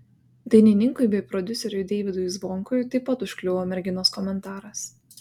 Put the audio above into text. dainininkui bei prodiuseriui deivydui zvonkui taip pat užkliuvo merginos komentaras